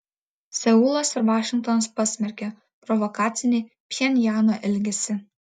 seulas ir vašingtonas pasmerkė provokacinį pchenjano elgesį